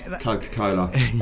Coca-Cola